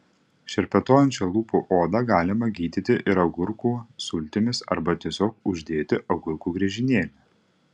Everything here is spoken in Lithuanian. šerpetojančią lūpų odą galima gydyti ir agurkų sultimis arba tiesiog uždėti agurko griežinėlį